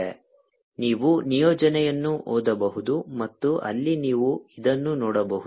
VT mgk kC 0Mb aa4 ನೀವು ನಿಯೋಜನೆಯನ್ನು ಓದಬಹುದು ಮತ್ತು ಅಲ್ಲಿ ನೀವು ಇದನ್ನು ನೋಡಬಹುದು